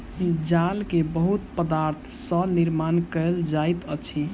जाल के बहुत पदार्थ सॅ निर्माण कयल जाइत अछि